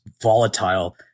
volatile